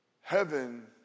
Heaven